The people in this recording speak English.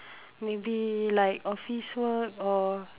maybe like office work or